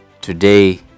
Today